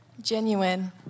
Genuine